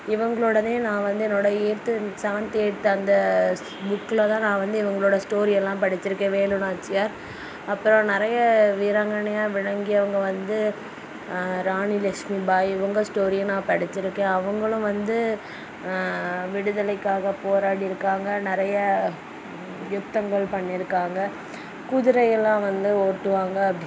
இவங்களோடவே நான் வந்து என்னோடய எய்த்து செவன்த்து எய்த்து அந்த புக்லதான் நான் வந்து இவங்களோட ஸ்டோரியெல்லாம் படிச்சிருக்கேன் வேலுநாச்சியார் அப்புறம் நிறைய வீராங்கனையாக விளங்கியவங்கள் வந்து ராணி லஷ்மி பாய் இவங்க ஸ்டோரியும் நான் படிச்சிருக்கேன் அவங்களும் வந்து விடுதலைக்காக போராடியிருக்காங்க நிறைய யுத்தங்கள் பண்ணியிருக்காங்க குதிரை எல்லாம் வந்து ஓட்டுவாங்கள் அப்படின்